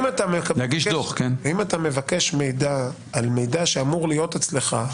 אם אתה מבקש מידע על מידע שאמור להיות אצלך,